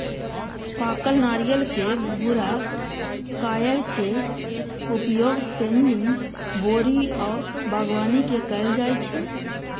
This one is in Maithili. पाकल नारियलक भूरा कॉयर के उपयोग पैडिंग, बोरी आ बागवानी मे कैल जाइ छै